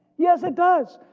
yes it does.